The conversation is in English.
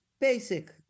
basic